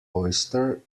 oyster